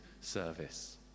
service